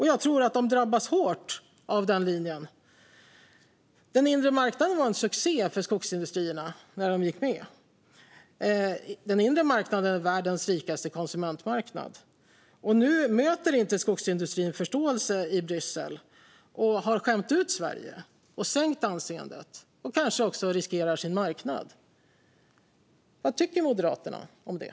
Jag tror att de drabbas hårt av den linjen. Den inre marknaden var en succé för Skogsindustrierna när de gick med. Den inre marknaden är världens rikaste konsumentmarknad, men nu möter inte skogsindustrin förståelse i Bryssel. Man har skämt ut Sverige och sänkt anseendet och riskerar kanske också sin marknad. Vad tycker Moderaterna om det?